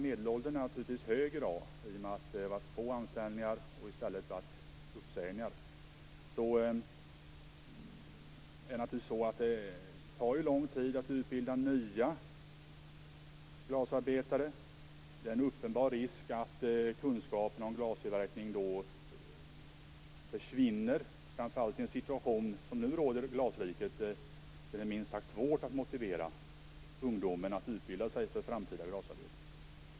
Medelåldern är hög i dag i och med att det varit fråga om få anställningar. I stället har det handlat om uppsägningar. Dessutom tar det lång tid att utbilda nya glasarbetare. Risken är uppenbar att kunskapen om glastillverkning försvinner, framför allt i nuvarande i glasriket. Det är ju minst sagt svårt att motivera ungdomar att utbilda sig för framtida glasarbete.